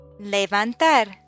Levantar